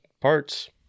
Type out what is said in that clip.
parts